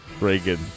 Reagan